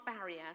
barrier